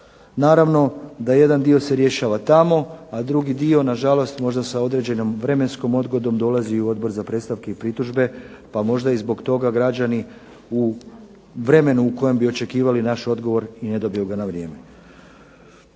Naravno da jedan dio se rješava tamo, a drugi dio nažalost možda sa određenom vremenskom odgodom dolazi i u Odbor za predstavke i pritužbe pa možda i zbog toga građani u vremenu u kojem bi očekivali naš odgovor i ne dobiju ga na vrijeme.